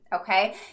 Okay